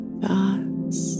thoughts